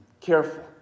careful